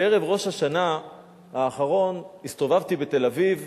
בערב ראש השנה האחרון הסתובבתי בתל-אביב,